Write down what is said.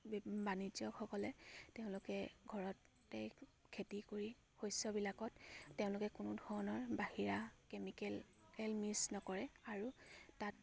B বাণিজ্যকসকলে তেওঁলোকে ঘৰতে খেতি কৰি শস্যবিলাকত তেওঁলোকে কোনো ধৰণৰ বাহিৰা কেমিকেল এল মিক্স নকৰে আৰু তাত